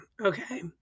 okay